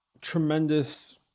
tremendous